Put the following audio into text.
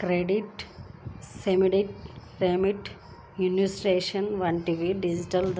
credit, savings, remittance, insurance వంటివి digital